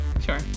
Sure